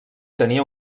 tenia